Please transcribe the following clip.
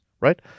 right